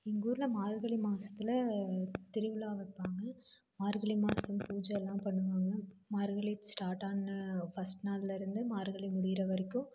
எங்கள் ஊரில் மார்கழி மாதத்துல திருவிழா வைப்பாங்க மார்கழி மாதம் பூஜைலாம் பண்ணுவாங்க மார்கழி ஸ்டார்ட் ஆன ஃபஸ்ட் நாளிலருந்து மார்கழி முடிகிற வரைக்கும்